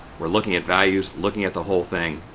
we're looking at values, looking at the whole thing,